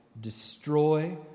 destroy